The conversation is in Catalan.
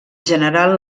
general